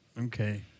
Okay